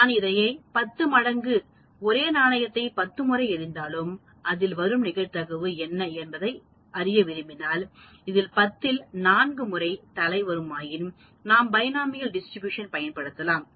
நான் அதை 10 மடங்கு ஒரேநாணயத்தை பத்து முறை எரிந்தாலும் அதில் வரும் நிகழ்தகவு என்ன என்பதை அறிய விரும்பினால் இந்த 10 இல் நான்கு முறை தலை வருமாயின் நாம் பைனோமியல் டிஸ்ட்ரிபியூஷன் பயன்படுத்தலாம்